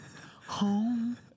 Home